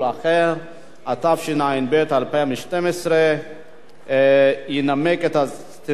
התשע"ב 2012. תנמק את הצעת החוק